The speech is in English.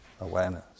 awareness